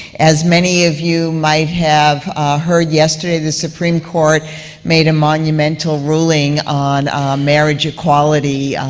as many of you might have heard yesterday, the supreme court made a monumental ruling on marriage equality,